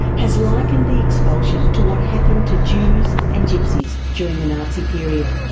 has likened the expulsion to what happened to jews and gypsies during the nazi period.